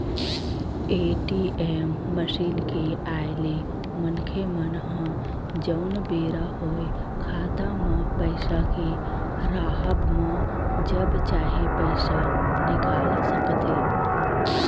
ATM machine के आय ले मनखे मन ह जउन बेरा होय खाता म पइसा के राहब म जब चाहे पइसा निकाल सकथे